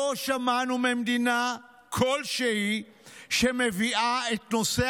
לא שמענו ממדינה כלשהי שמביאה את נושא